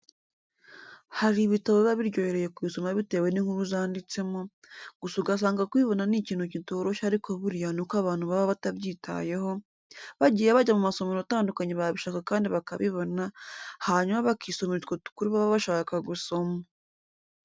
Hari ibitabo biba biryoheye kubisoma bitewe n'inkuru zanditsemo, gusa ugasanga kubibona ni ikintu kitoroshye ariko buriya nuko abantu baba batabyitayeho, bagiye bajya mu masomero atandukanye babishaka kandi bakabibona, hanyuma bakisomera utwo dukuru baba bashaka gusoma.